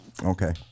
Okay